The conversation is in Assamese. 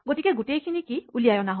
গতিকে গোটেইখিনি কী উলিয়াই অনা হয়